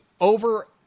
over-